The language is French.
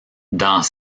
dans